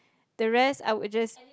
the rest I would just